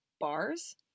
bars